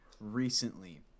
recently